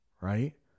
right